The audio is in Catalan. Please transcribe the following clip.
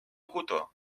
cotó